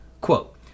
Quote